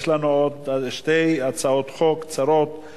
יש לנו עוד שתי הצעות חוק קצרות.